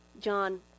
John